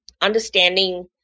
understanding